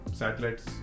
satellites